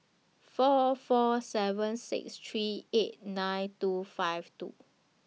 four four seven six three eight nine two five two